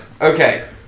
Okay